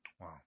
Wow